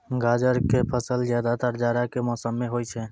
गाजर के फसल ज्यादातर जाड़ा के मौसम मॅ होय छै